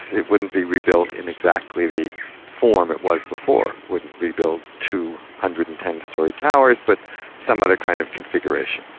it wouldn't be rebuilt in exactly the form it was before, wouldn't rebuild two hundred-and-ten-storey towers but some other kind of configuration.